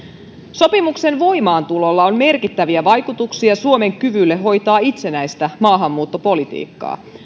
sopimuksen voimaantulolla on merkittäviä vaikutuksia suomen kykyyn hoitaa itsenäistä maahanmuuttopolitiikkaa